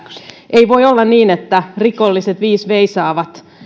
ei voi olla niin että rikolliset viis veisaavat